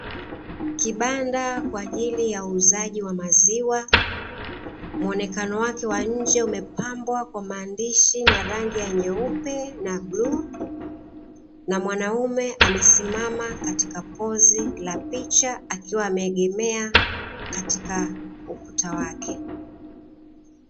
Kibanda kwa ajili ya uuzaji wa maziwa, muonekano wake wa nje umepambwa kwa maandishi na rangi ya nyeupe na bluu na mwanaume amesimama katika pozi la picha akiwa amegemea katika ukuta wake.